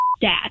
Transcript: dad